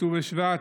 בט"ו בשבט,